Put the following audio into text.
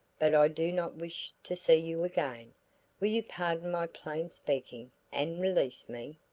but i do not wish to see you again will you pardon my plain speaking, and release me?